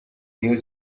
new